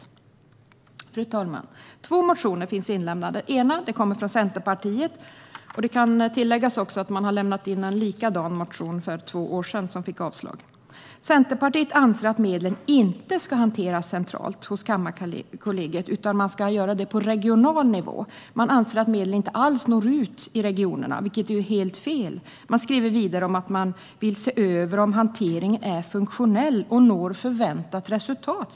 Fru talman! Två motioner är inlämnade. Den ena kommer från Centerpartiet. Det kan tilläggas att man lämnade in en likadan motion för två år sedan, och den fick avslag. Centerpartiet anser att medlen inte ska hanteras centralt hos Kammarkollegiet, utan det ska göras på regional nivå. Man anser att medel inte alls når ut i regionerna, vilket är helt fel. Man skriver vidare i motionen att man vill se över om hanteringen är funktionell och når förväntat resultat.